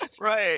Right